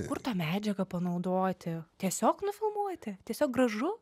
kur tą medžiagą panaudoti tiesiog nufilmuoti tiesiog gražu